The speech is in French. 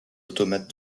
automates